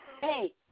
Hey